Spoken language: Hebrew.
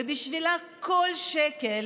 ובשבילה כל שקל